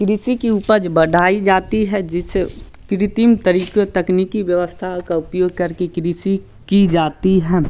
कृषि की उपज बढ़ाई जाती है जिसे कृत्रिम तरीक़ों तकनीकी व्यवस्था का उपयोग करके कृषि की जाती है